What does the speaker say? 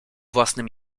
własnym